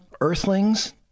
Earthlings